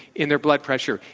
in their blood pressure,